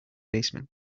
basement